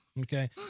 Okay